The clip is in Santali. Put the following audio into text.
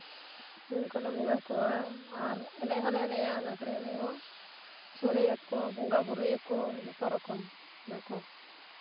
ᱥᱤᱢ ᱠᱚᱞᱮ ᱵᱚᱸᱜᱟ ᱠᱚᱣᱟ ᱟᱨ ᱮᱱᱮᱡ ᱦᱚᱸᱠᱞᱮ ᱮᱱᱮᱡᱼᱟ ᱞᱟᱸᱜᱽᱲᱮ ᱮᱱᱮᱡ ᱦᱚᱸ ᱥᱚᱲᱮᱭᱟᱠᱚ ᱵᱚᱸᱜᱟᱼᱵᱳᱨᱳᱭᱟᱠᱚ ᱡᱚᱛᱚ ᱨᱚᱠᱚᱢ ᱟᱠᱚ